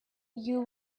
you